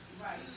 Right